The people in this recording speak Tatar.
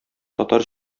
татар